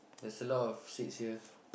there's a lot of seats here